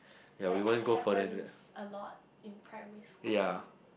that happens a lot in primary school